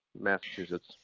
Massachusetts